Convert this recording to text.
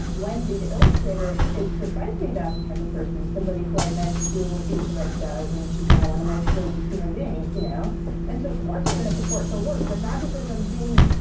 wendy, the illustrator, is precisely that type of person somebody who i met through what each of us does, and she's, now, one of my closest human beings. you know and so, of course, i'm gonna support her work, but not because i'm being